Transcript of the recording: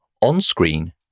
On-screen